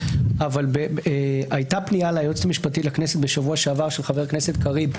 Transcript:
אבל הייתה פנייה ליועצת המשפטית לכנסת בשבוע שעבר של חבר הכנסת קריב,